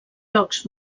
jocs